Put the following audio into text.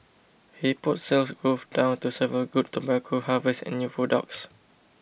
he put Sales Growth down to several good tobacco harvests and new products